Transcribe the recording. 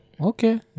okay